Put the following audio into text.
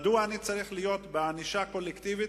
מדוע אני צריך להיות בענישה קולקטיבית,